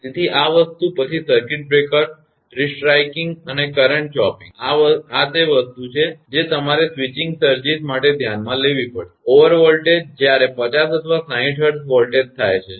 તેથી આ વસ્તુ પછી સર્કિટ બ્રેકર રિસ્ટ્રાકીંગ અને કરંટ ચોપિંગ આ તે વસ્તુ છે જે તમારે સ્વિચીંગ સર્જિંસ માટે ધ્યાનમાં લેવી પડશે ઓવર વોલ્ટેજ જ્યારે 50 અથવા 60 hertzહર્ટ્ઝ વોલ્ટેજ થાય છે